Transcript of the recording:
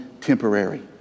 temporary